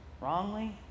wrongly